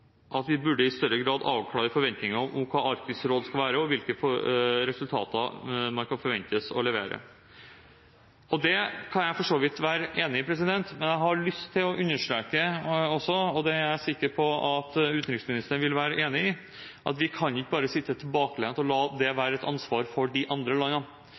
at vi i større grad burde avklare forventningene om hva Arktisk råd skal være, og hvilke resultater man kan forventes å levere. Det kan jeg for så vidt være enig i, men jeg har også lyst til å understreke, og det er jeg sikker på at utenriksministeren vil være enig i, at vi kan ikke bare sitte tilbakelent og la det være et ansvar for de andre